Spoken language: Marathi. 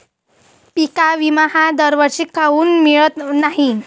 पिका विमा हा दरवर्षी काऊन मिळत न्हाई?